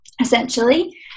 essentially